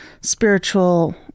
spiritual